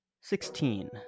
Sixteen